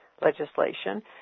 legislation